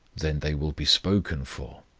then they will be spoken for,